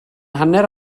hanner